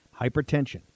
Hypertension